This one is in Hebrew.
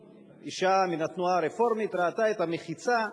אשה מן התנועה הרפורמית, ראתה את המחיצה,